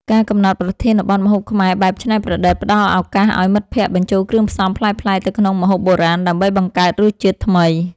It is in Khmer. ការកំណត់ប្រធានបទ ម្ហូបខ្មែរបែបច្នៃប្រឌិត ផ្ដល់ឱកាសឱ្យមិត្តភក្តិបញ្ចូលគ្រឿងផ្សំប្លែកៗទៅក្នុងម្ហូបបុរាណដើម្បីបង្កើតរសជាតិថ្មី។